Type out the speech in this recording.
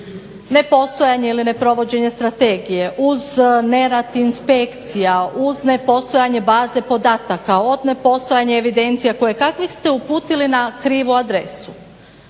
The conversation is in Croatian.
nepostojanje ili neprovođenje strategije, uz nerad inspekcija, uz nepostojanje baze podataka, od nepostojanja evidencija kojekakvih ste uputili na krivu adresu.